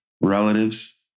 relatives